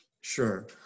Sure